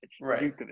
Right